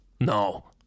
no